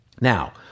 Now